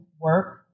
work